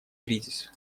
кризис